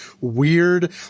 weird –